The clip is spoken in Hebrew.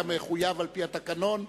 כמחויב על-פי התקנון.